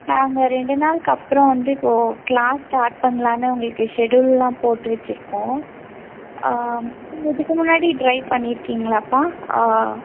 நாங்கள் ரெண்டு நாளுக்கப்புறம் வந்து தோ க்ளாஸ் ஸ்டார்ட் பண்ணலான்னு உங்களுக்கு ஷெடியூல்லாம் போட்டு வச்சுருக்கோம் இதுக்கு முன்னாடி ட்ரைவ் பண்ணி இருக்கிங்களாப்பா